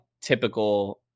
typical